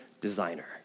designer